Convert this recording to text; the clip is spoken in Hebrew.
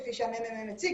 כפי שהממ"מ הציג,